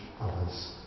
others